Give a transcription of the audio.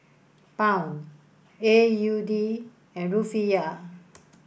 Pound A U D and Rufiyaa